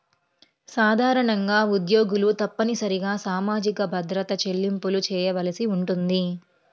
సాధారణంగా ఉద్యోగులు తప్పనిసరిగా సామాజిక భద్రత చెల్లింపులు చేయవలసి ఉంటుంది